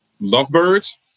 Lovebirds